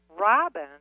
Robin